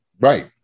right